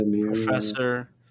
Professor